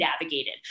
navigated